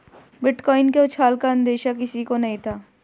bitcoin के उछाल का अंदेशा किसी को नही था